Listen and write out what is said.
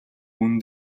үнэ